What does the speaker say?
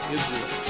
Israel